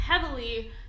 heavily